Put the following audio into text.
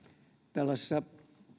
tällaisessa